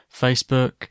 Facebook